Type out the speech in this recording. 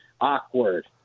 awkward